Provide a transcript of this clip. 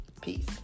Peace